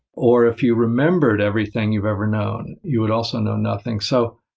or if you remembered everything you've ever known, you would also know nothing. so,